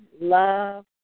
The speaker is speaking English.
love